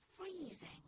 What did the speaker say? freezing